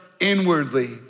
inwardly